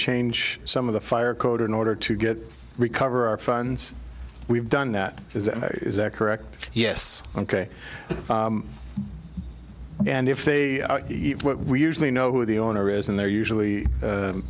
change some of the fire code in order to get recover our funds we've done that is that correct yes ok and if they eat what we usually know who the owner is and they're usually